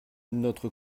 notre